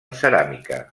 ceràmica